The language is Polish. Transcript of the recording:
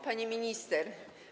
Pani Minister!